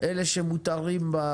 אלה שמותרים.